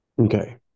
okay